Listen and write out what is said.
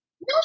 No